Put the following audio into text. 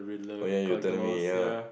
oh ya you were telling me ya